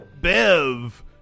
bev